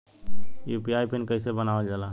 UPI PIN कइसे बनावल जाला?